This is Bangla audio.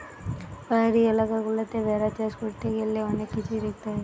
পাহাড়ি এলাকা গুলাতে ভেড়া চাষ করতে গ্যালে অনেক কিছুই দেখতে হয়